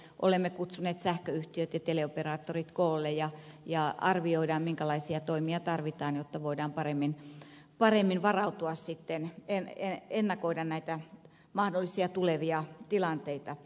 olemme kutsuneet sähköyhtiöt ja teleoperaattorit koolle ja arvioimme minkälaisia toimia tarvitaan jotta voidaan paremmin varautua ja ennakoida näitä mahdollisia tulevia tilanteita